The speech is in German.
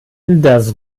das